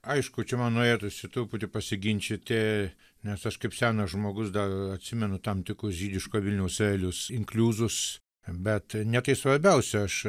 aišku čia man norėtųsi truputį pasiginčyti nes aš kaip senas žmogus dar atsimenu tam tikrus žydiško vilniaus realius inkliuzus bet ne tai svarbiausia aš